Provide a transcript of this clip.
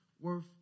worth